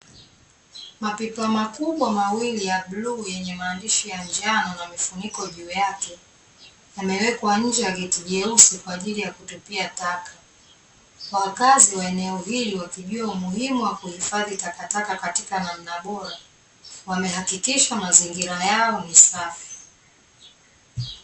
Mapipa makubwa mawili ya buluu, yenye maandishi ya njano , na mifuniko juu yake, yamewekwa nje ya geti jeusi , kwaajili ya kutupia taka. Wakazi wa eneo hili wakijua umuhimu wa kuhifadhi takataka, katika namna bora. Wamehakikisha mazingira yao ni safi.